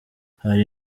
hari